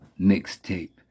mixtape